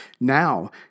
Now